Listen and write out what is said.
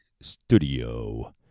studio